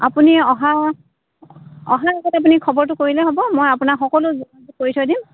আপুনি অহা অহাৰ আগতে আপুনি খবৰটো কৰিলেই হ'ব মই আপোনাক সকলো যোগাযোগ কৰি থৈ দিম